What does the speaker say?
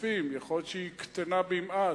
יכול להיות שהיא קטנה במעט,